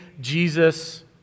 Jesus